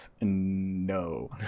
No